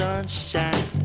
Sunshine